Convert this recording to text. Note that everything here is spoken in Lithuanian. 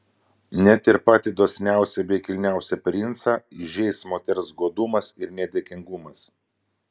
net ir patį dosniausią bei kilniausią princą įžeis moters godumas ir nedėkingumas